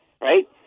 right